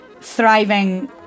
thriving